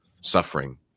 suffering